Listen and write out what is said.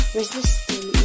resisting